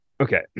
Okay